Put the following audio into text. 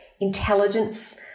intelligence